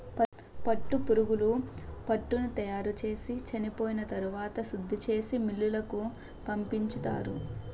పట్టుపురుగులు పట్టుని తయారుచేసి చెనిపోయిన తరవాత శుద్ధిచేసి మిల్లులకు పంపించుతారు